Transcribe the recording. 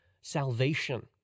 salvation